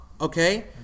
Okay